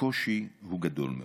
הקושי הוא גדול מאוד.